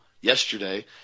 yesterday